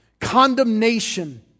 Condemnation